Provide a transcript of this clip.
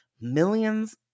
millions